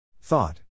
Thought